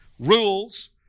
Rules